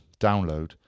Download